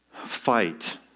fight